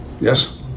Yes